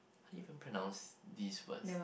how you pronounce this words